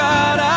God